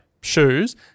shoes